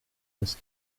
this